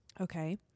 Okay